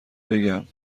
بگم